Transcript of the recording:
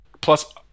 Plus